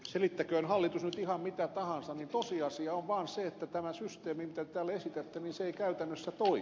selittäköön hallitus nyt ihan mitä tahansa niin tosiasia on vaan se että tämä systeemi mitä te täällä esitätte ei käytännössä toimi